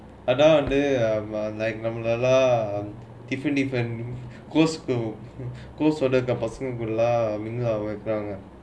அதான் வந்து நம்பேலும்:athaan vanthu nambelum lah tiffany close to பசங்க:passanga close to the person mingle ஆகி வைக்கீறாங்க:aagi vaikkeeraangga